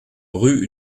rue